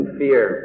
fear